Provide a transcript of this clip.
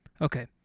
Okay